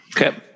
Okay